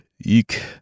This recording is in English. Eek